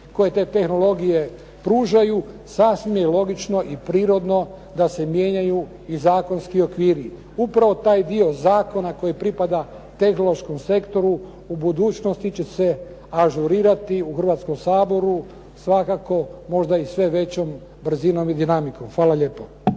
koje te tehnologije pružaju sasvim je logično i prirodno da se mijenjaju i zakonski okviri. Upravo taj dio zakona koji pripada tehnološkom sektoru u budućnosti će se ažurirati u Hrvatskom saboru. Svakako možda i sve većom brzinom i dinamikom. Hvala lijepo.